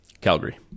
Calgary